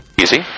Easy